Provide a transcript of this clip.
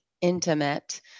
intimate